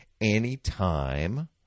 anytime